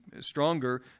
stronger